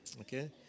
okay